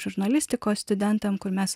žurnalistikos studentam kur mes